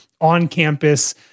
on-campus